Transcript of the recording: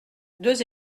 deux